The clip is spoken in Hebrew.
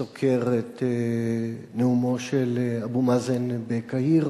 סוקר את נאומו של אבו מאזן בקהיר.